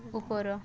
ଉପର